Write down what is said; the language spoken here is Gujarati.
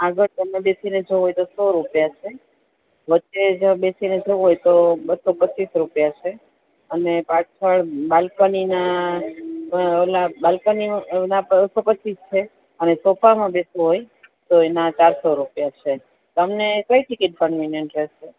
આગળ તમારે બેસીને જોવું હોય તો સો રૂપિયા છે વચ્ચે જો બેસીને જોવું હોય તો બસો પચીસ રૂપિયા છે અને પાછળ બાલ્કનીના ઓલા બાલ્કનીના ઓલા બસો પચીસ છે અને સોફામાં બેસવું હોય તો એના ચારસો રૂપિયા છે તમને કંઈ ટીકીટ કન્વિનયન્ટ રેહશે